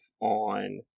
on